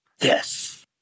Yes